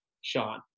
Sean